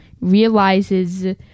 realizes